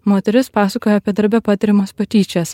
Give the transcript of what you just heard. moteris pasakojo apie darbe patiriamas patyčias